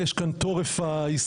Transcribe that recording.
יש כאן את טורף ההסתייגות,